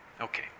Okay